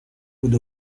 with